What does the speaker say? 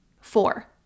Four